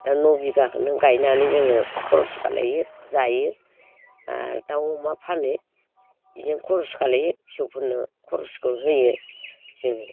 नह बिगाखौनो गायनानै जोङो खर'स खालायो जायो आरो दाउ अमा फानो बेजोंं खर'स खालायो फिसौफोरनो खर'सखौ होयो जोङो